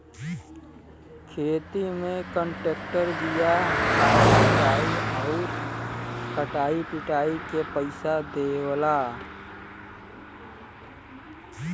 खेती में कांट्रेक्टर बिया खाद सिंचाई आउर कटाई पिटाई के पइसा देवला